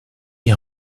die